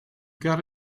got